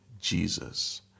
Jesus